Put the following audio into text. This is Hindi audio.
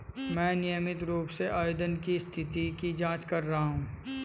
मैं नियमित रूप से आवेदन की स्थिति की जाँच कर रहा हूँ